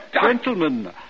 Gentlemen